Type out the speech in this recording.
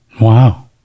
Wow